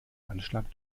anschlag